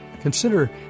consider